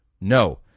No